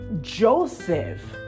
Joseph